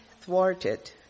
thwarted